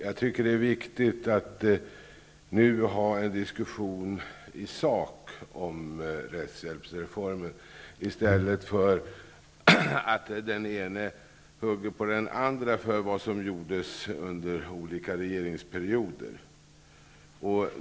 Jag tycker att det är viktigt att nu föra en diskussion i sak om rättshjälpsreformen i stället för att den ene hugger på den andre för vad som gjordes under olika regeringsperioder.